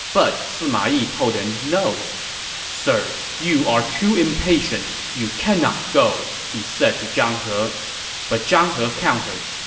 but sima yi told him no sir, you are too impatient. you cannot go, he said to zhange he but zhang he countered,